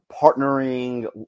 partnering